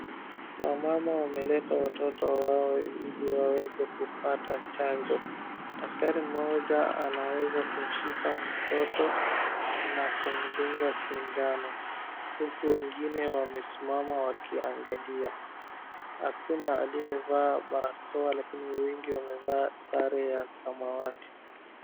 Wamama wameleta watoto wao ili waweze kupata chanjo. Daktari mmoja anaweza kushika mtoto na kumdunga sindano uku wengine wamesimama wakiangalia. Hakuna aliyevaa barakoa lakini wengi wamevaa sare ya samawati.